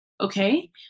Okay